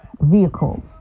vehicles